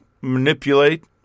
manipulate